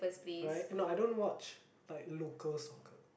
right no I don't watch like local soccer